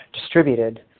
distributed